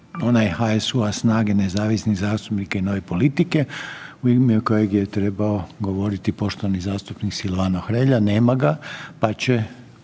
HSU-SNAGA-nezavisnih zastupnika i Nove politike u ime kojeg je trebao govoriti poštovani zastupnik Silvano Hrelja. Nema ga. Pa će